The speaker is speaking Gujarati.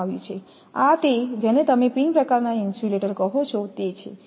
આ તે જેને તમે પિન પ્રકારના ઇન્સ્યુલેટર કહો છો તે છે